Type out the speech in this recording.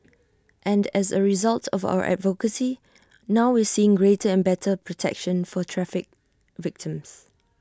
and as A result of our advocacy now we seeing greater and better protection for traffic victims